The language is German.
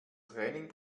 training